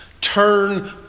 turn